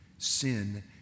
Sin